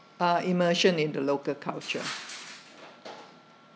uh immersion in the local culture